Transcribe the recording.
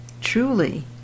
truly